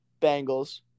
Bengals